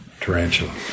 tarantula